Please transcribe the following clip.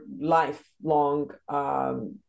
lifelong